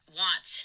want